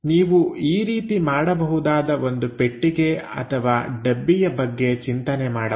ನೀವು ಈ ರೀತಿ ಮಾಡಬಹುದಾದ ಒಂದು ಪೆಟ್ಟಿಗೆ ಅಥವಾ ಡಬ್ಬಿಯ ಬಗ್ಗೆ ಚಿಂತನೆ ಮಾಡಬಹುದು